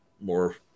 more